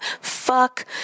Fuck